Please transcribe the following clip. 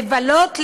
לבלות,